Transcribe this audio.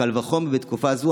קל וחומר בתקופה הזאת,